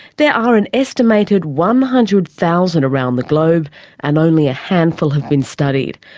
there are an estimated one hundred thousand around the globe and only a handful have been studied.